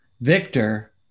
Victor